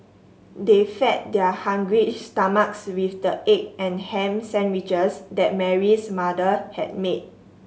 they fed their hungry stomachs with the egg and ham sandwiches that Mary's mother had made